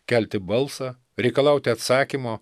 kelti balsą reikalauti atsakymo